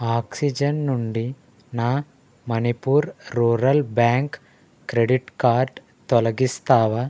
oxygen నుండి నా Manipur rural bank credit card తొలగిస్తావా